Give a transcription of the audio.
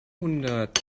hundert